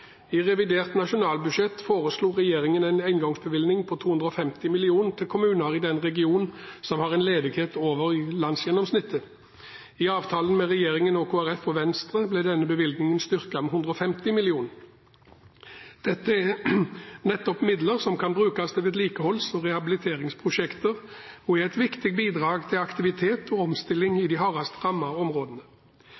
I revidert nasjonalbudsjett foreslo regjeringen en engangsbevilgning på 250 mill. kr til kommuner i den regionen som har en ledighet over landsgjennomsnittet. I avtalen mellom regjeringen og Kristelig Folkeparti og Venstre ble denne bevilgningen styrket med 150 mill. kr. Dette er midler som kan brukes til vedlikeholds- og rehabiliteringsprosjekter og er et viktig bidrag til aktivitet og omstilling